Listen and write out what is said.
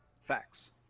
Facts